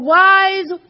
wise